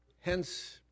Hence